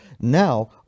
Now